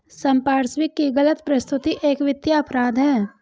संपार्श्विक की गलत प्रस्तुति एक वित्तीय अपराध है